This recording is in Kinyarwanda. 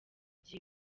gihe